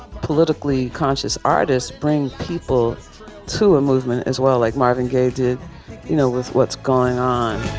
politically conscious artists bring people to a movement as well, like marvin gaye. did you know with what's going on